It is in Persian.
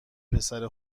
پسر